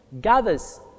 gathers